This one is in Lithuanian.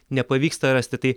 nepavyksta rasti tai